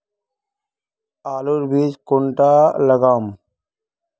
आलूर बीज कुंडा लगाम?